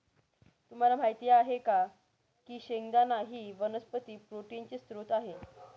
तुम्हाला माहित आहे का की शेंगदाणा ही वनस्पती प्रोटीनचे स्त्रोत आहे